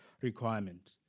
requirement